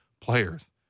players